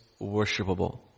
worshipable